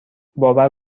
باور